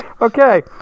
Okay